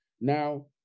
Now